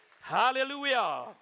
Hallelujah